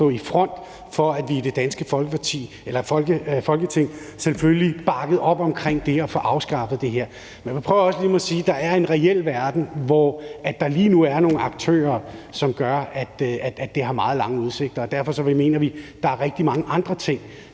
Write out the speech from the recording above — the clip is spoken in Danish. stå i front for, at vi i det danske Folketing selvfølgelig bakkede op om at få afskaffet det. Men man må også sige, at der er en reel verden, hvor der lige nu er nogle aktører, som gør, at det har meget lange udsigter, og derfor mener vi, at der er rigtig mange andre ting